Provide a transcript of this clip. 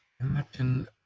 Imagine